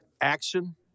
action